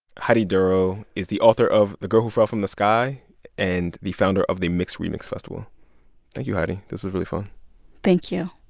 heidi durrow is the author of the girl who fell from the sky and the founder of the mixed remixed festival thank you, heidi. this was really fun thank you